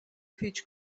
پیچ